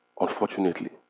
unfortunately